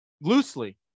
Loosely